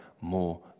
more